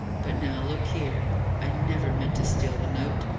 but now, look here i never meant to steal the note.